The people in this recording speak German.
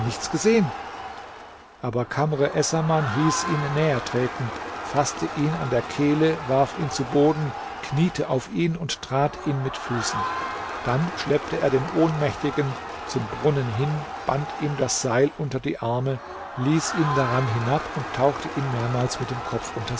nichts gesehen aber kamr essaman hieß ihn näher treten faßte ihn an der kehle warf ihn zu boden kniete auf ihn und trat ihn mit füßen dann schleppte er den ohnmächtigen zum brunnen hin band ihm das seil unter die arme ließ ihn daran hinab und tauchte ihn mehrmals mit dem kopf unters